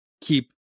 keep